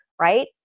right